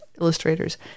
illustrators